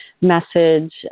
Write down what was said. message